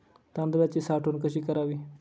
तांदळाची साठवण कशी करावी?